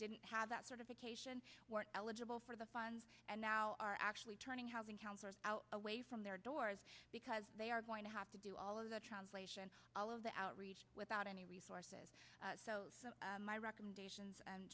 didn't have that sort of vacation weren't eligible for the funds and now are actually turning housing counselors out away from their doors because they are going to have to do all of the translation all of the outreach without any resources so my recommendations